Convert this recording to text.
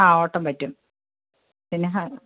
ആ ഓട്ടം പറ്റും പിന്നെ